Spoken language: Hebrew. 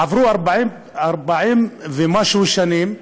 עברו 40 ומשהו שנים,